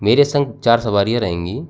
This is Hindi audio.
मेरे संग चार सवारियाँ रहेंगी